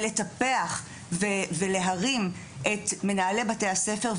ולטפח ולהרים את מנהלי בתי הספר,